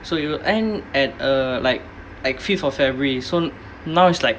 so we will end at uh like like fifth of february so now it's like